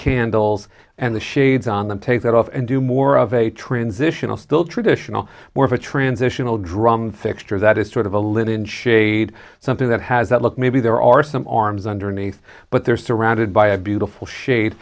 candles and the shades on and take that off and do more of a transitional still traditional more of a transitional drum fixture that is sort of a linen shade something that has that look maybe there are some arms underneath but they're surrounded by a beautiful shade